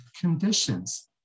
conditions